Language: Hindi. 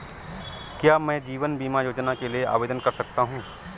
क्या मैं जीवन बीमा योजना के लिए आवेदन कर सकता हूँ?